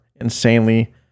insanely